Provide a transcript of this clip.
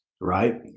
right